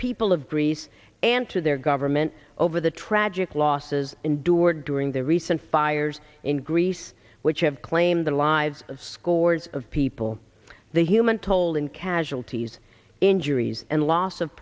people of greece and to their government over the tragic losses endured during the recent fires in greece which have claimed the lives of scores of people the human toll in casualties injuries and loss of